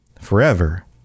forever